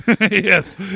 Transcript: Yes